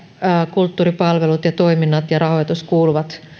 kulttuuripalvelut toiminnat ja rahoitus kuuluvat